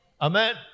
Amen